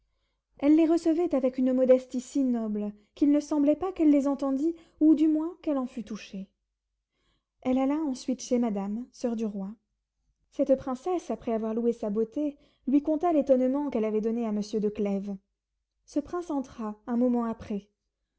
elle les recevait avec une modestie si noble qu'il ne semblait pas qu'elle les entendît ou du moins qu'elle en fût touchée elle alla ensuite chez madame soeur du roi cette princesse après avoir loué sa beauté lui conta l'étonnement qu'elle avait donné à monsieur de clèves ce prince entra un moment après